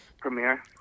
premiere